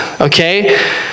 okay